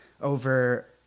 over